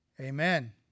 Amen